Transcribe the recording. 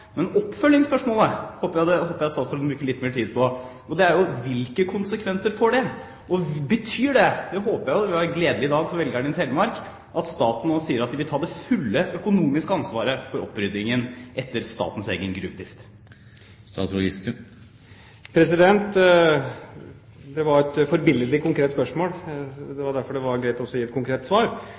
Hvilke konsekvenser får det? Og: Betyr det – og det håper jeg, det ville være en gledelig dag for velgerne i Telemark – at statsråden nå sier at staten vil ta det fulle økonomiske ansvaret for oppryddingen etter statens egen gruvedrift? Det var et forbilledlig konkret spørsmål, derfor var det greit å gi et konkret svar.